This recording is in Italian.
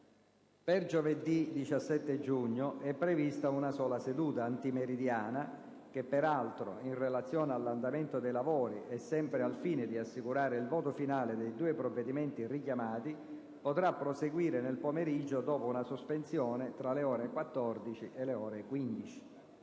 Per giovedì 17 giugno è prevista una sola seduta antimeridiana che peraltro, in relazione all'andamento dei lavori e sempre al fine di assicurare il voto finale dei due provvedimenti richiamati, potrà proseguire nel pomeriggio dopo una sospensione tra le ore 14 e le ore 15.